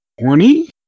horny